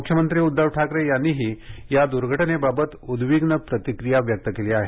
मुख्यमंत्री उद्दव ठाकरे यांनीही या दुर्घटनेबाबत उद्विग्न प्रतिक्रिया व्यक्त केली आहे